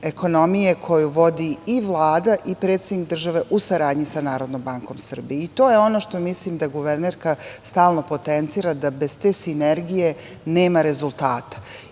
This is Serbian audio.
ekonomije koju vodi i Vlada i predsednik države u saradnji sa NBS. To je ono što mislim da guvernerka stalno potencira da bez te sinergije nema rezultata.